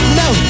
no